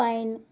fine